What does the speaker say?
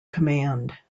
command